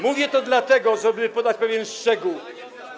Mówię to dlatego, żeby podać pewien szczegół.